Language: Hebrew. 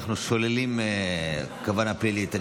אני חושב שאנחנו שוללים כוונה פלילית.